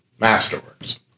Masterworks